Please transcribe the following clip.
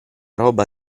roba